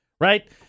Right